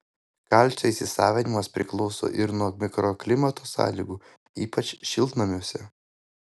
kalcio įsisavinimas priklauso ir nuo mikroklimato sąlygų ypač šiltnamiuose